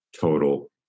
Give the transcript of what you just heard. total